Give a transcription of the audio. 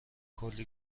کلی